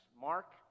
Mark